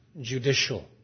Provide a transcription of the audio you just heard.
judicial